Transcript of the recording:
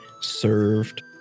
served